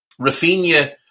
Rafinha